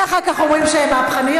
ואחר כך אומרים שהן מהפכניות.